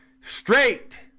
Straight